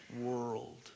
world